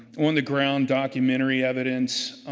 on the ground documentary evidence.